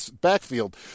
backfield